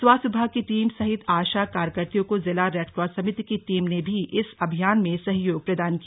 स्वास्थ्य विभाग की टीम सहित आशा कार्यकत्रियों को जिला रेडक्रॉस समिति की टीम ने भी इस अभियान में सहयोग प्रदान किया